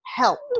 help